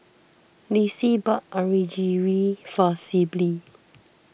Lissie bought Onigiri for Sibyl